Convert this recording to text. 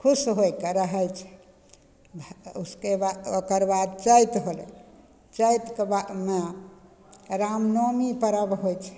खुश होइके रहय छै उसके बाद ओकरबाद चैत होलय चैतके बादमे रामनवमी पर्व होइ छै